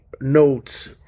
notes